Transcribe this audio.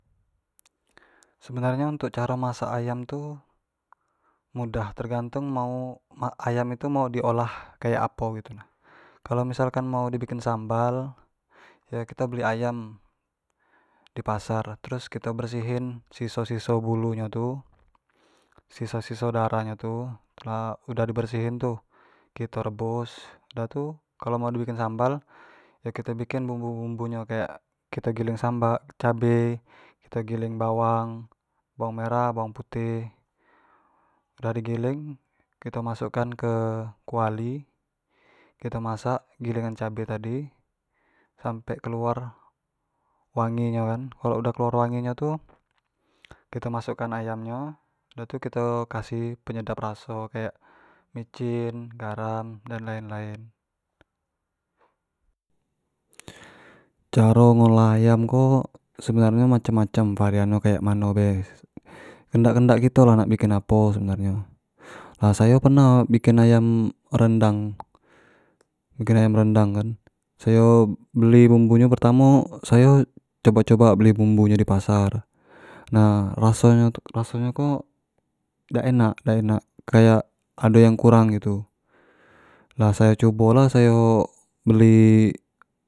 sebenar nyo untuk caro masak ayam tu mudah, tergantung mau, ayam tu mau di olah kayak apo gitu nah, kalau misalkan mau di bikin sambal yo kito beli ayam di pasar terus kito bersihin siso siso bulu nyo tu, siso siso darah nyo tu, lah udah di bersihin nyo tu, kito rebus udah tu kalo mau di bikini sambal, kito bikin, bumbu bumbu nyo kayak kito giling sambal, cabe, kito giling bawang merah, bawang putih dah di giling kito masuk an ke kuali kito masak giling an cabe tadi sampe keluar wangi nyo kan, kalau keluar wangi nyo tu kito masuk an ayam nyo dah tu kito kasih penyedap raso kayak mecin, garam dan lain lain caro ngolah ayam ko sebenar nyo macam macam varian nyo kayak mano bae, kendak kendak kito lah nak bikin apo sebenarnyo, nah sayo pernah bikin ayam rendang, bikin ayam rendang kan, sayo beli bumbu ny pertamo sayo coba coba beli bumbu nyo di pasar nah raso nyo tu, raso nyo ko dak enak-dak enak kayak ado yang kurang gitu, nah sayo cubo lah sayo beli.